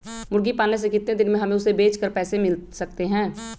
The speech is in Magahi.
मुर्गी पालने से कितने दिन में हमें उसे बेचकर पैसे मिल सकते हैं?